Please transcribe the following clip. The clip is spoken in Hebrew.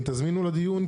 אם תזמינו לדיון,